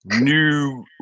new